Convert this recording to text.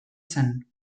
zen